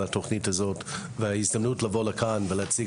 התוכנית הזו ועל ההזדמנות שניתנה לנו לבוא לכאן ולהציג